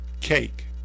cake